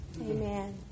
Amen